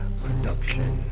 production